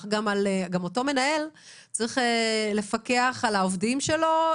גם אותו מנהל צריך לפקח על העובדים שלו,